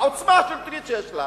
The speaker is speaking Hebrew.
בעוצמה השלטונית שיש לה,